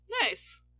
Nice